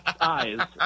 eyes